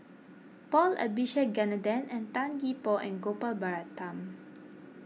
Paul Abisheganaden Tan Gee Paw and Gopal Baratham